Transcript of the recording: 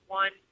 one